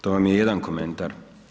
To vam je jedan komentar.